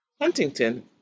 Huntington